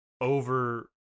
over